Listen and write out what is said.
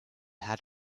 had